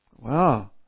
Wow